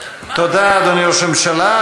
תודה, אדוני ראש הממשלה.